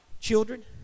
children